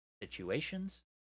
situations